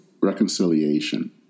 reconciliation